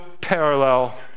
parallel